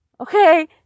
Okay